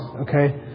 okay